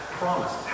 promise